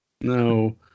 No